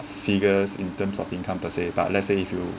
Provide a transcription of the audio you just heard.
figures in terms of income per se but let's say if you